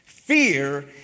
Fear